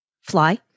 Fly